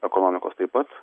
ekonomikos taip pat